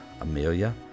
Amelia